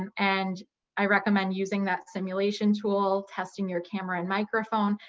and i recommend using that simulation tool, testing your camera and microphone,